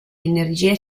energia